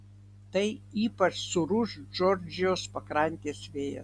tai ypač sūrus džordžijos pakrantės vėjas